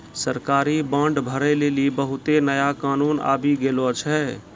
सरकारी बांड भरै लेली बहुते नया कानून आबि गेलो छै